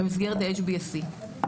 במסגרת ה-hbsc.